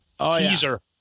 Teaser